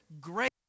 great